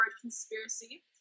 conspiracy